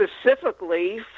specifically